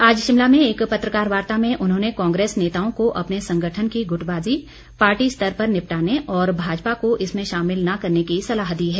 आज शिमला में एक पत्रकार वार्ता में उन्होंने कांग्रेस नेताओं को अपने संगठन की गुटबाजी पार्टी स्तर पर निपटाने और भाजपा को इसमें शामिल न करने की सलाह दी है